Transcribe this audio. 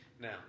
Now